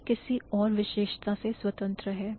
यह किसी और विशेषता से स्वतंत्र हैं